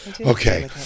Okay